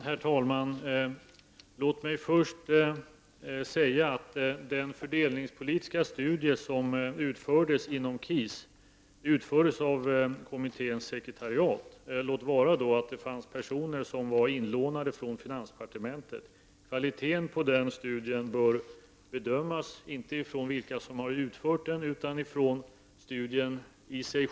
Herr talman! Låt mig först säga att den fördelningspolitiska studie som genomfördes inom KIS ram utfördes av kommitténs sekretariat, låt vara att en del av personerna var inlånade från finansdepartementet. Kvaliteten på studien bör bedömas inte utifrån vilka som har utfört den, utan utifrån studien i sig.